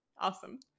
Awesome